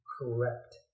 correct